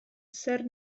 zer